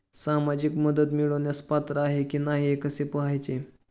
सामाजिक मदत मिळवण्यास पात्र आहे की नाही हे कसे पाहायचे?